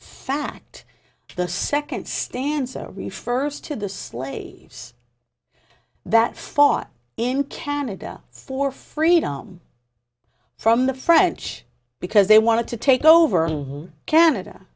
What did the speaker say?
fact the second stanza refers to the slaves that fought in canada for freedom from the french because they wanted to take over canada